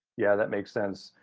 yeah, that makes sense.